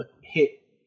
hit